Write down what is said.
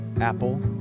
Apple